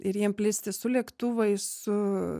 ir jiem plisti su lėktuvais su